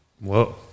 Whoa